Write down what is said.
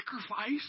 sacrifice